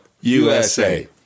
USA